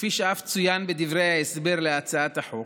כפי שאף צוין בדברי ההסבר להצעת החוק,